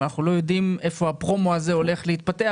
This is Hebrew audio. אבל אנחנו לא יודעים איפה הפרומו הזה הולך להתפתח.